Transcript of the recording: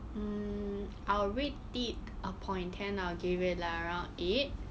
mm I'll rate it upon ten I'll give it like around eight